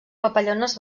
papallones